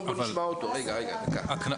בקנס